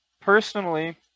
personally